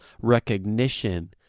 recognition